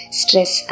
stress